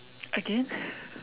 again